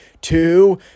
two